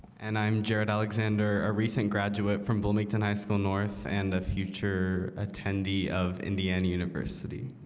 and i'm jared alexander a recent graduate from bloomington high school north and a future attendee of indiana university